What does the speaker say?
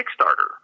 Kickstarter